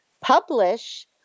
publish